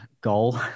goal